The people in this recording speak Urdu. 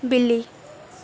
بلی